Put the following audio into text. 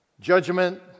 judgment